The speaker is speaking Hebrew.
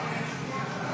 נתקבלו.